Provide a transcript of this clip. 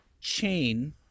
chain